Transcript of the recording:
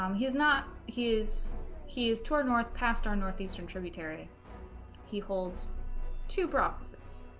um he is not he is he is toward north past our northeastern tributary he holds two prophecies